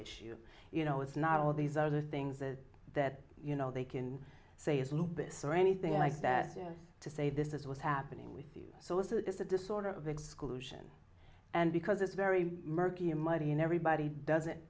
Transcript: issue you know it's not all these other things that you know they can say is lupus or anything like that to say this is what's happening with you so this is a disorder of exclusion and because it's very murky and muddy and everybody doesn't